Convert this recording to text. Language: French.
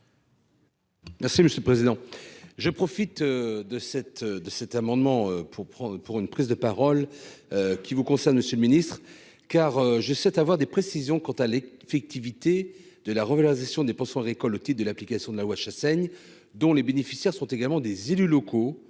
Merci monsieur le président, je profite de cet, de cet amendement pour prendre pour une prise de parole qui vous concerne, monsieur le Ministre, car j'essaie, avoir des précisions quant à l'effectivité de la revalorisation des pochoirs école otite de l'application de la loi Chassaigne dont les bénéficiaires sont également des élus locaux,